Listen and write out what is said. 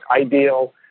ideal